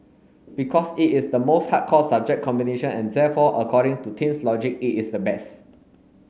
because it is the most hardcore subject combination and therefore according to teens logic it is the best